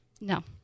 No